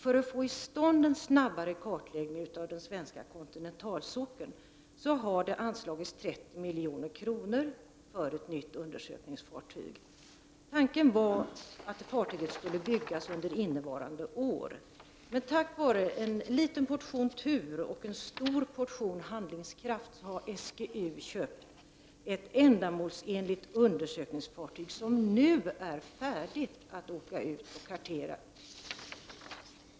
För att få till stånd en snabbare kartläggning av den svenska kontinentalsockeln har man anslagit 30 milj.kr. till ett nytt undersökningsfartyg åt SGU. Tanken var att fartyget skulle byggas under innevarande år, men tack vare en liten portion tur och en stor portion handlingskraft har SGU kunnat köpa in ett ändamålsenligt undersökningfartyg, som redan nu är färdigt att ge sig ut för karteringsverksamhet.